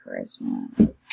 charisma